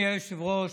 אדוני היושב-ראש,